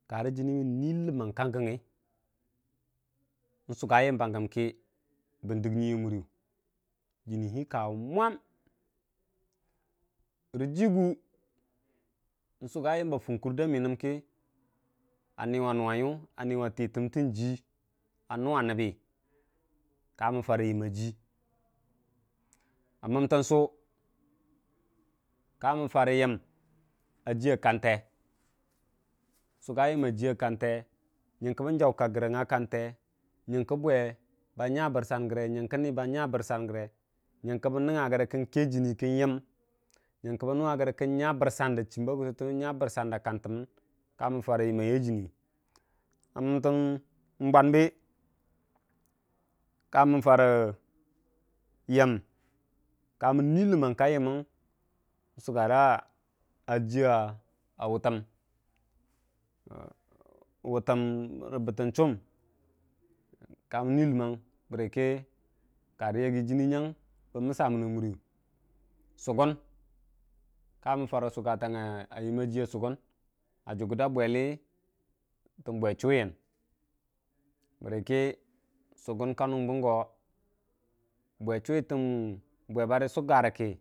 karə jənni mən nuu ləmang kangən ngi nsuga yəmban gəm kə bən dək nyii a mura jinihii kawʊ wimam nsuga yəmba fʊnkur da məyən ki niwa nuwayai a niwa tə təm tə jii a nuwa nəbbə kamən farə yəm aji a məntən su kamən jara yəm a jiya kaute nsaga yəm a yiya kante myankə bən jam kak gərən a kante nyənkə bwe ba nya bərsan nyənkə nəə ba nya bərsan gəre nyəng kə bən muga rigərə kən kee jini rəgə kən yəm nyənke bən ningga rəgə kən nya bərsanda chimba gʊsatəmmən kamən farə yəm a yau jini a mətən bwanbə ka mən farə kamən farə yəm kamən nu ləmang nsugara jiya wutən re bətəm chuum kamən nu ləmam bərə kə karə jini bən tuəssamən a murəyʊ sugən kamən jarə yəmma jiya sugən a jugʊrda bwelə tən bwe chuuwiyən bərə sugən ka nungbən ga bwebarə tən bwechuumi suggarəkə.